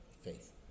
faith